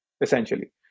essentially